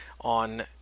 on